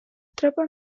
tropas